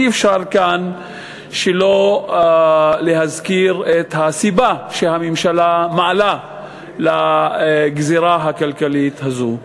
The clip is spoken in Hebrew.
אי-אפשר שלא להזכיר כאן את הסיבה שהממשלה מעלה לגזירה הכלכלית הזאת.